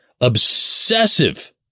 obsessive